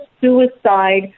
suicide